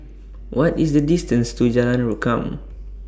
What IS The distance to Jalan Rukam